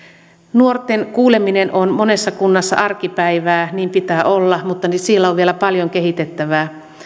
nuorten kuuleminen on monessa kunnassa arkipäivää niin pitää olla mutta siellä on vielä paljon kehitettävää